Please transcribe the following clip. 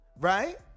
right